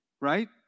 right